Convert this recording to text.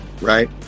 right